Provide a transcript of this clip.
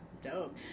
dope